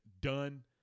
Done